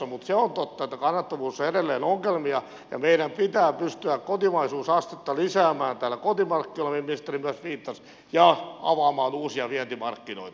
mutta se on totta että kannattavuudessa on edelleen ongelmia ja meidän pitää pystyä kotimaisuusastetta lisäämään täällä kotimarkkinoilla mihin ministeri myös viittasi ja avaamaan uusia vientimarkkinoita